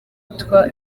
witwa